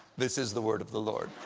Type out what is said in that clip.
this is the word of the lord.